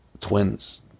Twins